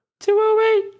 208